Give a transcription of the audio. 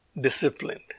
disciplined